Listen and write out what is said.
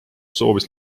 soovis